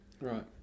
Right